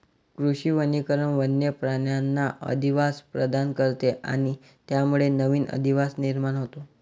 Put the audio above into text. कृषी वनीकरण वन्य प्राण्यांना अधिवास प्रदान करते आणि त्यामुळे नवीन अधिवास निर्माण होतो